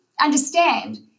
understand